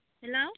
hello